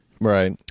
Right